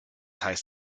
heißt